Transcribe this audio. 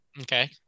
Okay